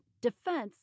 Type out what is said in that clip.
Defense